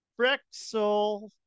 Brexel